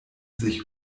sich